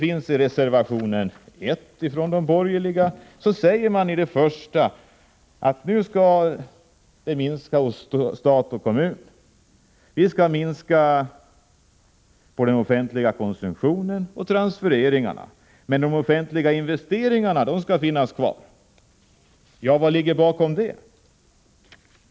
I reservation 1 från de borgerliga säger man: ”För det första måste utgifterna hos stat och kommun minska.” Man vill minska den offentliga konsumtionen och transfereringarna, men de offentliga investeringarna skall finnas kvar. Vad ligger bakom det?